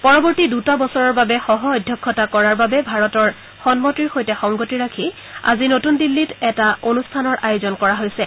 পৰৱৰ্তী দুটা বছৰৰ বাবে সহ অধ্যক্ষতা কৰাৰ বাবে ভাৰতৰ সন্মতিৰ সৈতে সংগতি ৰাখি আজি নতুন দিন্নীত এটা অনুষ্ঠানৰ আয়োজন কৰা হৈচে